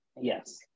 Yes